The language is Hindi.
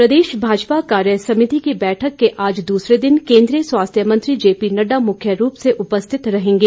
बैठक प्रदेश भाजपा कार्य समिति की बैठक के आज दूसरे दिन के दीय स्वास्थ्य मंत्री जे पी नडडा मुख्य रूप से उपस्थित रहेंगे